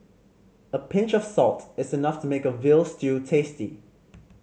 a pinch of salt is enough to make a veal stew tasty